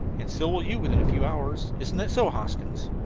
and so will you within a few hours. isn't that so, hoskins?